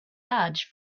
large